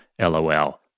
LOL